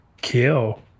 kill